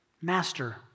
Master